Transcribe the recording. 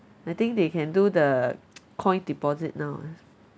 I think they can do the coin deposit now ah